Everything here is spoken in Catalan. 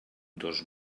dos